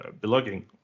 belonging